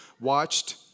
watched